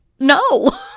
no